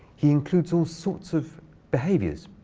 he includes all sorts of behaviors.